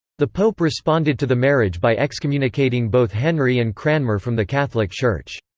the pope responded to the marriage by excommunicating both henry and cranmer from the catholic church.